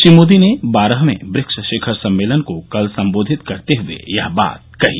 श्री मोदी ने बारहवें ब्रिक्स शिखर सम्मेलन को कल संबोधित करते हुए यह बात कही